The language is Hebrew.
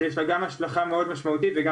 שגם היא יש לה השלכה מאוד משמעותית וגם